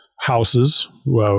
houses